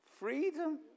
Freedom